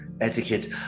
etiquette